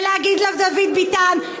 ולהגיד לדוד ביטן,